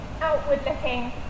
outward-looking